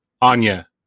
Anya